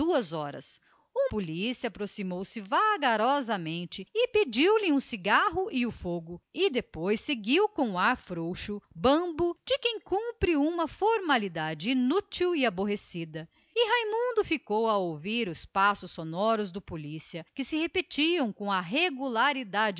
duas horas um polícia aproximou-se vagarosamente e pediu-lhe um cigarro e o fogo e seguiu depois com ar preguiçoso de quem cumpre uma formalidade inútil e aborrecida e raimundo ficou a escutar os passos sonoros do rondante cadenciados com a regularidade